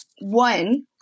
one